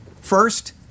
First